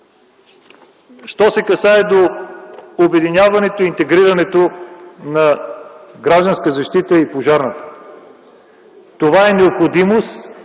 Що се касае до обединяването и интегрирането на „Гражданска защита” и „Пожарната”. Това е необходимост